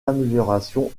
améliorations